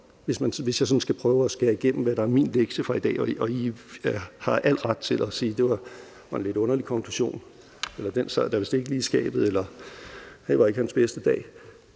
hvis jeg sådan skal prøve at skære igennem, hvad der er min lektie fra i dag – og man har al ret til at sige, at det var en lidt underlig konklusion, den sad da vist ikke lige i skabet, eller det var heller ikke hans bedste dag